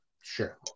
sure